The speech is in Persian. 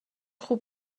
خوب